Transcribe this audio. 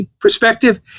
perspective